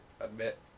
admit